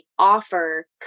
offer